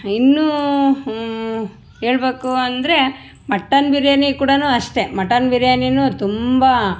ಇನ್ನೂ ಹೇಳಬೇಕು ಅಂದರೆ ಮಟ್ಟನ್ ಬಿರಿಯಾನಿ ಕೂಡಾ ಅಷ್ಟೇ ಮಟನ್ ಬಿರಿಯಾನಿ ತುಂಬ